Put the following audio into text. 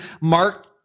Mark